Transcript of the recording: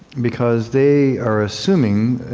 because they are assuming,